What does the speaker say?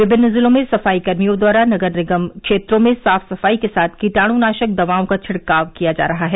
विभिन्न जिलों में सफाई कर्मियों द्वारा नगर निगम क्षेत्रों में साफ सफाई के साथ कीटाणुनाशक दवाओं का छिड़काव किया जा रहा है